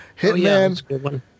hitman